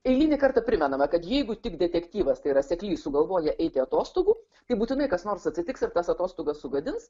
eilinį kartą primenama kad jeigu tik detektyvas tai yra seklys sugalvoja eiti atostogų tai būtinai kas nors atsitiks ir tas atostogas sugadins